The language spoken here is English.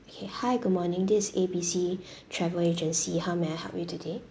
okay hi good morning this A B C travel agency how may I help you today